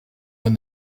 when